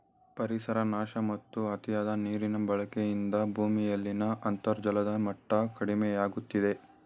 ಪರಿಸರ ನಾಶ ಮತ್ತು ಅತಿಯಾದ ನೀರಿನ ಬಳಕೆಯಿಂದ ಭೂಮಿಯಲ್ಲಿನ ಅಂತರ್ಜಲದ ಮಟ್ಟ ಕಡಿಮೆಯಾಗುತ್ತಿದೆ